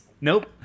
Nope